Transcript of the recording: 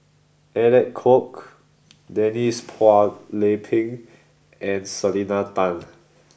Alec Kuok Denise Phua Lay Peng and Selena Tan